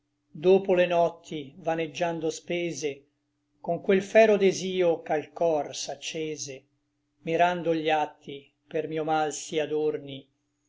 dopo le notti vaneggiando spese con quel fero desio ch'al cor s'accese mirando gli atti per mio mal sí adorni